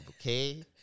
okay